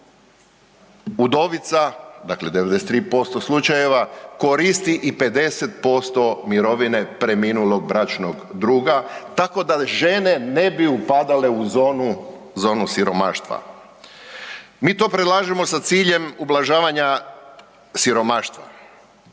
udovica, dakle 93% slučajeva koristi i 50% mirovine preminulog bračnog druga tako da žene ne bi upadale u zonu siromaštva. Mi to predlažemo sa ciljem ublažavanja siromaštva,